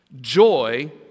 Joy